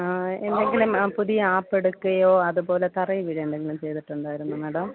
ആ എന്തെങ്കിലും പുതിയ ആപ്പ് എടുക്കുകയോ അതുപോലെ തറയിൽ വീഴുകയോ എന്തെങ്കിലും ചെയ്തിട്ടുണ്ടായിരുന്നോ മാഡം